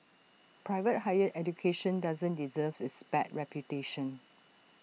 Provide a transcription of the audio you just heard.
private higher education doesn't deserve its bad reputation